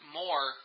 more